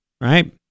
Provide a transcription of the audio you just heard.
Right